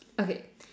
okay